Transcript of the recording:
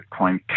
Bitcoin